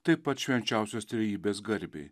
taip pat švenčiausios trejybės garbei